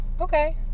Okay